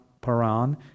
Paran